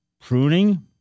pruning